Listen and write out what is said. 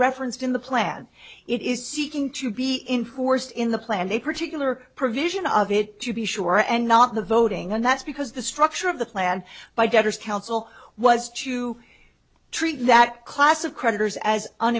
referenced in the plan it is seeking to be inforced in the plan a particular provision of it to be sure and not the voting and that's because the structure of the plan by debtors council was to treat that class of creditors as